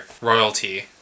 royalty